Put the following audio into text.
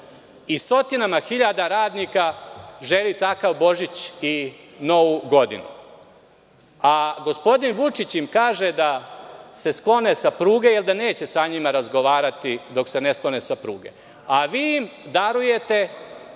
i stotinama hiljada radnika želi takav Božić i Novu Godinu? Gospodin Vučić im kaže da se sklone sa pruge jer neće sa njima razgovarati, dok se ne sklone sa pruge. Vi darujete